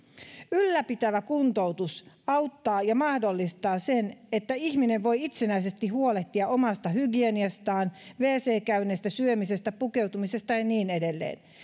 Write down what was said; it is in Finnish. ylläpitävä kuntoutus auttaa ja mahdollistaa sen että ihminen voi itsenäisesti huolehtia omasta hygieniastaan wc käynneistä syömisestä pukeutumisesta ja ja niin edelleen